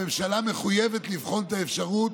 הממשלה מחויבת לבחון את האפשרות